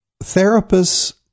therapist's